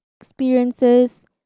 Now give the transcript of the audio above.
experiences